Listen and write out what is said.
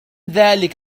ذلك